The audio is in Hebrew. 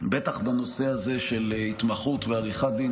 בטח בנושא הזה של התמחות ועריכת דין,